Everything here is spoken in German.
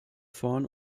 vorn